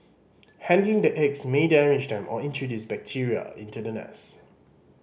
handling the eggs may damage them or introduce bacteria into the nest